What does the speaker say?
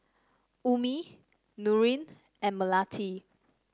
Ummi Nurin and Melati